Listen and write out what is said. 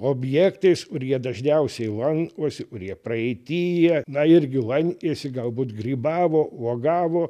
objektais kurie dažniausiai lankosi kur jie praeityje na irgi lankėsi galbūt grybavo uogavo